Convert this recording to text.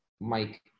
mike